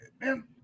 man